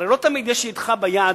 הרי לא תמיד יש אתך ביד